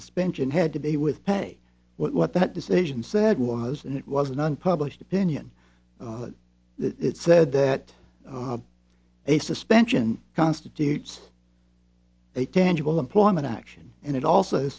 suspension had to be with pay what that decision said was and it was an unpublished opinion that it said that a suspension constitutes a tangible employment action and it also